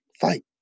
fight